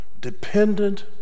dependent